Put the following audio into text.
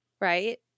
Right